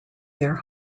their